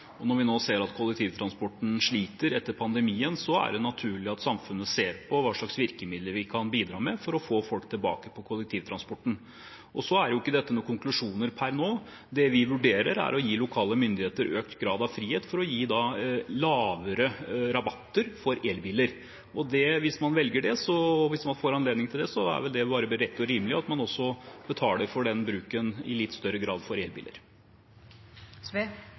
Og når vi nå ser at kollektivtransporten sliter etter pandemien, er det naturlig at samfunnet ser på hva slags virkemidler vi kan bidra med for å få folk tilbake på kollektivtransporten, men dette er det ingen konklusjoner på per nå. Det vi vurderer, er å gi lokale myndigheter økt grad av frihet til å gi lavere rabatter for elbiler. Hvis man velger det, og hvis man får anledning til det, er det vel bare rett og rimelig at de med elbiler også betaler for den bruken i litt større grad.